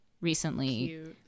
recently